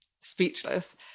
speechless